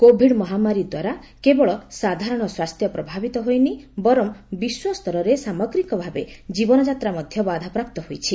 Covid ମହାମାରୀ ଦ୍ୱାରା କେବଳ ସାଧାରଣ ସ୍ୱାସ୍ଥ୍ୟ ପ୍ରଭାବିତ ହୋଇନି ବର୍ଚ ବିଶ୍ୱସ୍ତରରେ ସାମଗ୍ରିକ ଭାବେ ଜୀବନଯାତ୍ରା ମଧ୍ୟ ବାଧାପ୍ରାପ୍ତ ହୋଇଛି